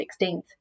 16th